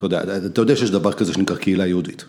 אתה יודע שיש דבר כזה שנקרא קהילה יהודית